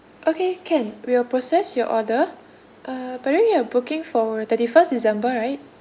okay can we will process your order uh by the way you are booking for thirty first december right